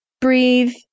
breathe